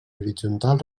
horitzontal